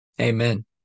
amen